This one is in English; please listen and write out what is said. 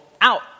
out